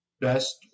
best